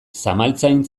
zamaltzain